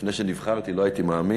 לפני שנבחרתי, לא הייתי מאמין.